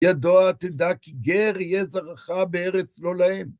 ידוע תדע כי גר יהיה זרעך בארץ לא להם.